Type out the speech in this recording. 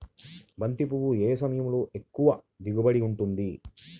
బంతి పువ్వు ఏ సమయంలో ఎక్కువ దిగుబడి ఉంటుంది?